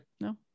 No